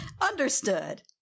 Understood